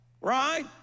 right